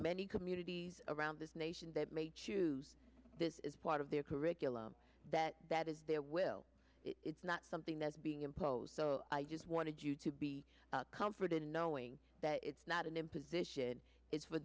many communities around this nation that may choose this is part of the curriculum that that is be a will it's not something that's being imposed i just wanted you to be comforted in knowing that it's not an imposition it's